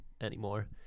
anymore